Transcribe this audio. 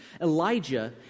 Elijah